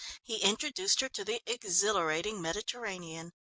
he introduced her to the exhilarating mediterranean.